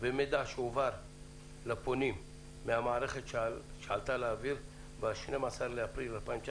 ומידע שהועבר מהפונים מהמערכת שעלתה לאוויר ב-12 באפריל 2019,